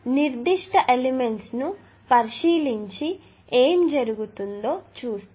నిర్దిష్ట ఎలిమెంట్స్ ను పరిశీలించి ఏమి జరుగుతుందో చూస్తాం